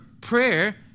prayer